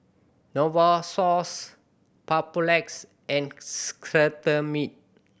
Novosource Papulex and Cetrimide